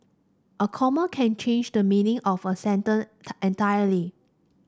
a comma can change the meaning of a entirely